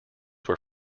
were